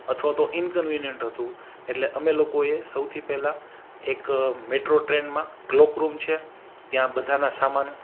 અથવા તો ઇંકન્વીનીયન્ટ હતું એટલે અમે લોકોએ સૌથી પહેલાં એક મેટ્રો ટ્રેનમાં ક્લોક રૂમ છે ત્યાં બધાના સામાન